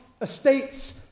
Estates